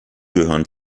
gehören